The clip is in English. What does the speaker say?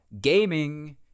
gaming